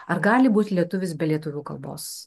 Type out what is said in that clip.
ar gali būt lietuvis be lietuvių kalbos